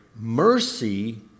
Mercy